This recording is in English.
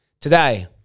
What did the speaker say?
today